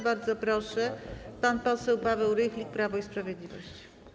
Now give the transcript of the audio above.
Bardzo proszę, pan poseł Paweł Rychlik, Prawo i Sprawiedliwość.